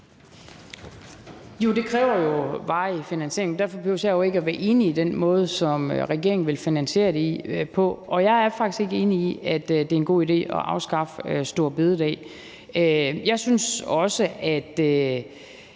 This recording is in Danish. Jo, det kræver jo varig finansiering. Men derfor behøver jeg jo ikke være enig i den måde, som regeringen vil finansiere det på, og jeg er faktisk ikke enig i, at det er en god idé at afskaffe store bededag. Jeg synes også, at